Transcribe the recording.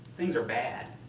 things are bad.